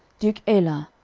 duke elah,